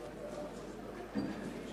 ברשות